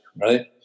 right